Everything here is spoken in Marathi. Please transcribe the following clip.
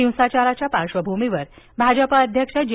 हिंसाचाराच्या पार्श्वभूमीवर भाजप अध्यक्ष जे